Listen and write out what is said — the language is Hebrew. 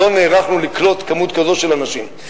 לא נערכנו לקלוט כמות כזאת של אנשים.